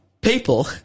People